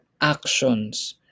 actions